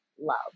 love